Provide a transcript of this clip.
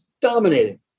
dominating